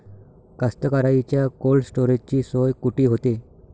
कास्तकाराइच्या कोल्ड स्टोरेजची सोय कुटी होते?